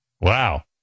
Wow